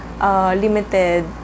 Limited